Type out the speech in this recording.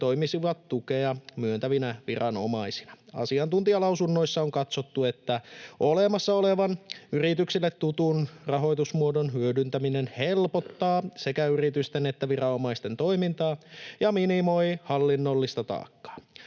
toimisivat tukea myöntävinä viranomaisina. Asiantuntijalausunnoissa on katsottu, että olemassa olevan, yrityksille tutun rahoitusmuodon hyödyntäminen helpottaa sekä yritysten että viranomaisten toimintaa ja minimoi hallinnollista taakkaa.